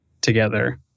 together